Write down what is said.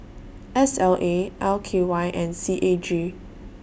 S L A L K Y and C A G